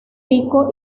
pico